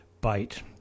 bite